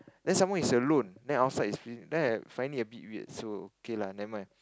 then some more he is alone then outside is then I find it a bit weird so okay lah never mind